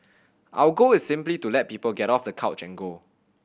our goal is simply to let people get off the couch and go